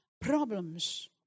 problems